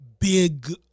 big